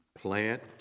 Plant